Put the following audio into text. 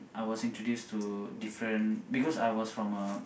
I was introduced to different because I was from a